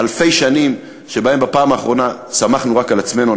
אלפי שנים שבהן בפעם האחרונה סמכנו רק על עצמנו,